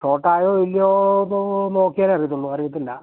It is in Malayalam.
ഷോർട്ടായോ ഇല്ലയോ എന്നൊന്ന് നോക്കിയാലെ അറിയത്തുള്ളു അറിയത്തില്ല